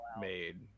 made